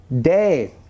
day